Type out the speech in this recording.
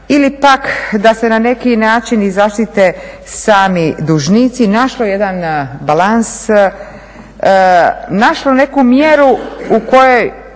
ili pak da se na neki način i zaštite sami dužnici našlo jedan balans, našlo neku mjeru u kojoj